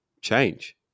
change